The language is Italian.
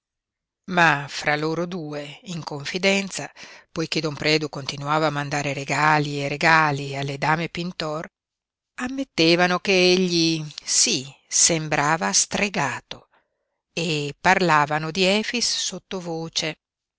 ma fra loro due in confidenza poiché don predu continuava a mandare regali e regali alle dame pintor ammettevano che egli sí sembrava stregato e parlavano di efix sottovoce